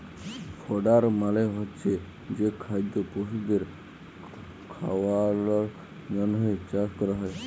fodder মালে হচ্ছে যে খাদ্য পশুদের খাওয়ালর জন্হে চাষ ক্যরা হ্যয়